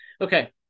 Okay